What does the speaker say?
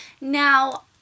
Now